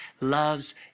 loves